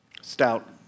Stout